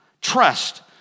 trust